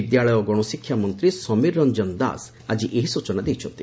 ବିଦ୍ୟାଳୟ ଗଣଶିକ୍ଷାମନ୍ତୀ ସମୀର ରଞ୍ଞନ ଦାସ ଆଜି ଏହି ସ୍ଚନା ଦେଇଛନ୍ତି